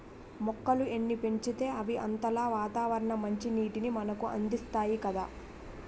మొక్కలు ఎన్ని పెంచితే అవి అంతలా వాతావరణ మంచినీటిని మనకు అందిస్తాయి కదా